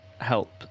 help